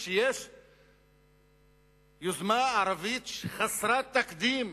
כשיש יוזמה ערבית חסרת תקדים,